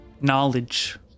knowledge